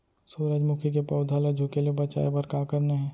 सूरजमुखी के पौधा ला झुके ले बचाए बर का करना हे?